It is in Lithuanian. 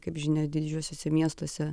kaip žinia didžiuosiuose miestuose